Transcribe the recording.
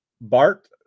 Bart